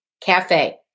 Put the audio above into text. cafe